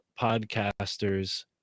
podcasters